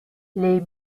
les